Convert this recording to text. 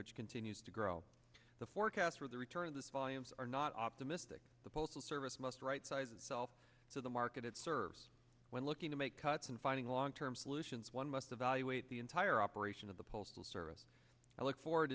which continues to grow the forecasts for the return of this volumes are not optimistic the postal service must right size itself to the market it serves when looking to make cuts and finding long term solutions one must evaluate the entire operation of the postal service and look forward